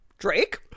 Drake